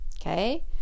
okay